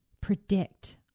predict